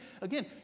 Again